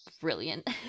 brilliant